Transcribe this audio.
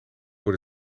voor